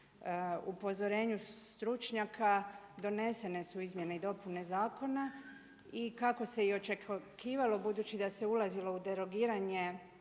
upozorenju stručnjaka donesene su izmjene i dopune zakona i kako se i očekivalo budući da se ulazilo u derogiranje